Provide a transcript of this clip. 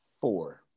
four